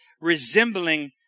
resembling